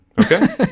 okay